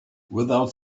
without